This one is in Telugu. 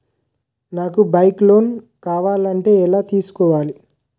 నాకు బైక్ లోన్ కావాలంటే ఎలా తీసుకోవాలి?